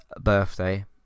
birthday